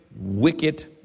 wicked